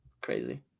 crazy